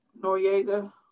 Noriega